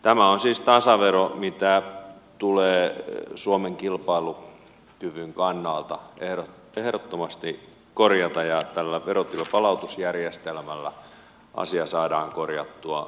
tämä on siis tasavero mikä tulee suomen kilpailukyvyn kannalta ehdottomasti korjata ja tällä verojen palautusjärjestelmällä asia saadaan korjattua